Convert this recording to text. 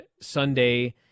Sunday